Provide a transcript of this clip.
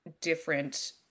different